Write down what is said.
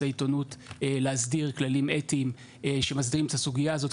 העיתונות להסדיר כללים אתיים שמסדירים את הסוגיה הזאת,